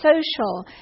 social